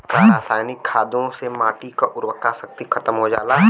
का रसायनिक खादों से माटी क उर्वरा शक्ति खतम हो जाला?